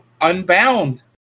Unbound